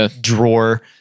drawer